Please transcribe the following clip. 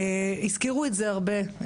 הזכירו את זה הרבה,